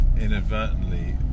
inadvertently